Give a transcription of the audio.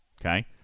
okay